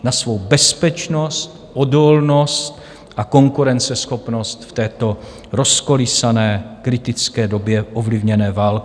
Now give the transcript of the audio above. Na svou bezpečnost, odolnost a konkurenceschopnost v této rozkolísané kritické době ovlivněné válkou.